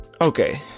Okay